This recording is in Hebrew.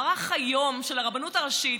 הרי אתה יודע שבמערך של הרבנות הראשית